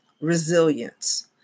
resilience